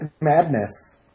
Madness